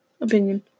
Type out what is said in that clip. opinion